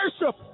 worship